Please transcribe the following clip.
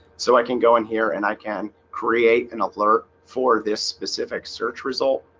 so i can go in here and i can create an alert for this specific search result